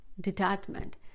detachment